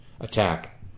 attack